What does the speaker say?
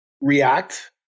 react